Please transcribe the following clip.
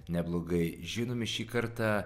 neblogai žinomi šį kartą